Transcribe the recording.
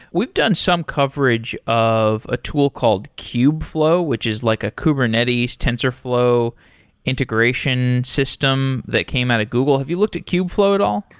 we've done some coverage of a tool called cubeflow, which is like a kubernetes tensorflow integration system that came out of google. have you looked at cubeflow at all?